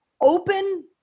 open